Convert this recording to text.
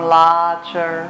larger